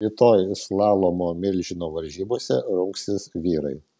rytoj slalomo milžino varžybose rungsis vyrai